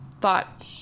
thought